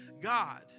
God